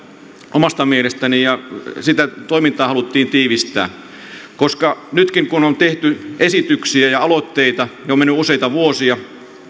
omasta mielestäni ja sitä toimintaa haluttiin tiivistää koska nytkin kun on tehty esityksiä ja aloitteita on mennyt useita vuosia